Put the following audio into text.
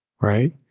Right